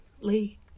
Lee